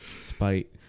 Spite